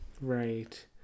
right